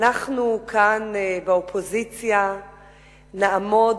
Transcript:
אנחנו כאן באופוזיציה נעמוד,